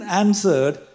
answered